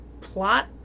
plot